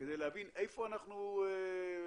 כדי להבין איפה אנחנו כוועדה